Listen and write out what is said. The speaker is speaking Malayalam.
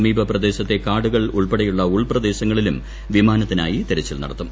സമീപ പ്രദേശത്തെ കാടുകൾ ഉൾപ്പെടെയുള്ള ഉൾപ്രദേശങ്ങളിലും വിമാനത്തിനായി തിരച്ചിൽ നടത്തും